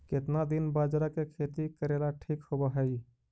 केतना दिन बाजरा के खेती करेला ठिक होवहइ?